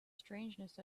strangeness